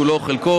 כולו או חלקו,